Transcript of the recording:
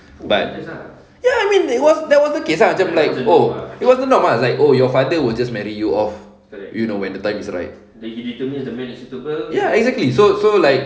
but ya I mean that was that was the case ah macam like oh it was a norm ah like oh your father will just marry you off you know when the time is right ya exactly so so like